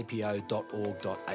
apo.org.au